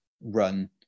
run